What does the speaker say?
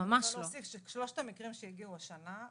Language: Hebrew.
אני רוצה להוסיף שמבין שלושת המקרים שהגיעו השנה,